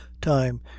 time